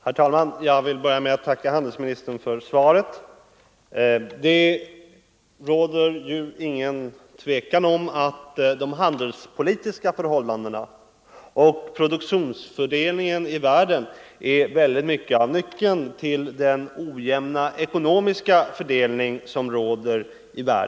Herr talman! Jag vill börja med att tacka handelsministern för svaret. Det råder inget tvivel om att de handelspolitiska förhållandena och produktionsfördelningen i världen i hög grad är nyckeln till den ojämna ekonomiska fördelningen i världen i dag.